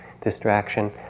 distraction